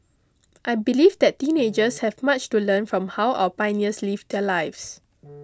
I believe that teenagers have much to learn from how our pioneers lived their lives